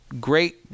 great